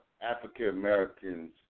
African-Americans